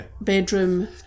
bedroom